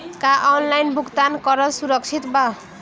का ऑनलाइन भुगतान करल सुरक्षित बा?